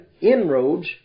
inroads